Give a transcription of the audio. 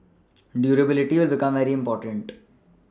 durability will become very important